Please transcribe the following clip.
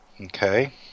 Okay